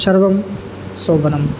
सर्वं शोभनं